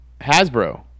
Hasbro